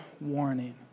warning